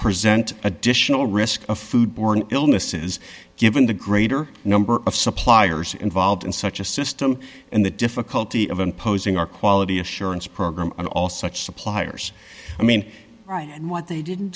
present additional risk of foodborne illnesses given the greater number of suppliers involved in such a system and the difficulty of imposing our quality assurance program on all such suppliers i mean right and what they didn't